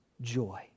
joy